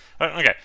Okay